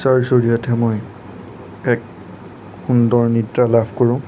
যাৰ জৰিয়তে মই এক সুন্দৰ নিদ্ৰা লাভ কৰোঁ